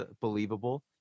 believable